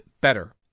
better